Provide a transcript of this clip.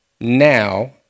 now